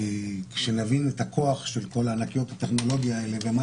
כי כשנבין את הכוח של כל ענקיות הטכנולוגיה האלה ומה